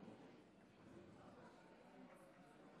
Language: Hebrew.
אני קובע שההמלצה של הוועדה המסדרת בדבר